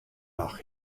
noch